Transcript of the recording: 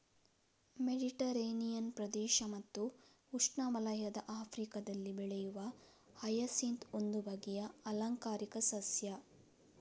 Mediterranean ಪ್ರದೇಶ ಮತ್ತು ಉಷ್ಣವಲಯದ ಆಫ್ರಿಕಾದಲ್ಲಿ ಬೆಳೆಯುವ ಹಯಸಿಂತ್ ಒಂದು ಬಗೆಯ ಆಲಂಕಾರಿಕ ಸಸ್ಯ